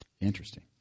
Interesting